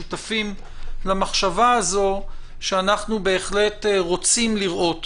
שותפים למחשבה הזאת שאנחנו בהחלט רוצים לראות